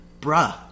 bruh